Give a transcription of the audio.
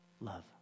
love